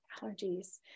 allergies